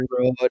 road